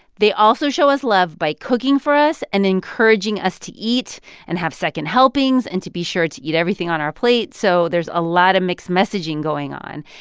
they also show us love by cooking for us and encouraging us to eat and have second helpings and to be sure to eat everything on our plate so there's a lot of mixed messaging going on,